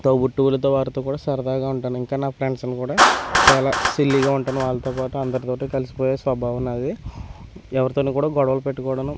తోబుట్టువులతో వారితో కూడా సరదాగా ఉంటాను ఇంకా నా ఫ్రెండ్స్ని కూడా చాలా సిల్లీగా ఉంటాను వాళ్ళతో పాటు అందరితోటే కలిసిపోయే స్వభావం నాది ఎవరితోనూ కూడా గొడవలు పెట్టుకోవడం